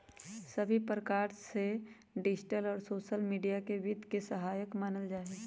सभी प्रकार से डिजिटल और सोसल मीडिया के वित्त के सहायक मानल जाहई